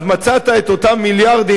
מצאת את אותם מיליארדים,